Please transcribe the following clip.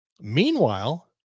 meanwhile